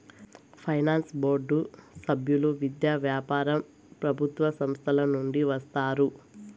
finance board సభ్యులు విద్య, వ్యాపారం ప్రభుత్వ సంస్థల నుండి వస్తారు